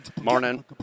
Morning